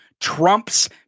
Trump's